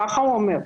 ככה הוא אומר.